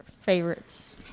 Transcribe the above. favorites